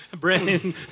Brandon